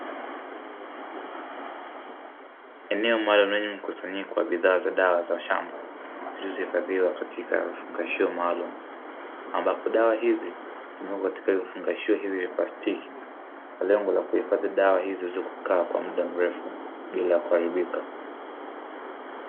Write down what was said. Eneo maalumu lenye mkusanyiko wa bidhaa za dawa za shamba zilizohifadhiwa kwenye vifungashio maalumu, ambapo dawa hizi zimewekwa katika vifungashio hivi vya plastiki kwa lengo la kuhifadhi dawa hizi ili ziweze kukaa muda mrefu bila kuharibika.